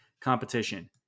competition